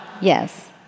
Yes